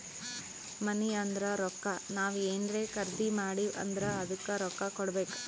ಮನಿ ಅಂದುರ್ ರೊಕ್ಕಾ ನಾವ್ ಏನ್ರೇ ಖರ್ದಿ ಮಾಡಿವ್ ಅಂದುರ್ ಅದ್ದುಕ ರೊಕ್ಕಾ ಕೊಡ್ಬೇಕ್